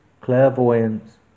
clairvoyance